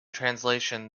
translation